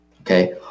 Okay